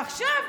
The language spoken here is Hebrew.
ועכשיו,